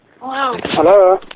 Hello